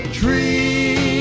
tree